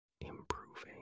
improving